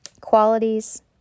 qualities